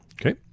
Okay